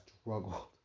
struggled